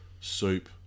soup